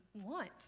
want